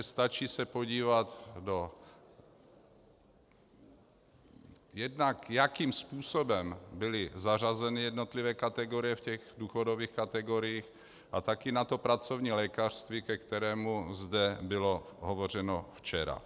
Stačí se podívat jednak, jakým způsobem byly zařazeny jednotlivé kategorie v důchodových kategoriích, a také na pracovní lékařství, ke kterému zde bylo hovořeno včera.